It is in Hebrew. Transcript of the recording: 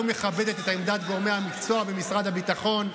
לא מכבדת את עמדת גורמי המקצוע במשרד הביטחון.